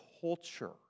culture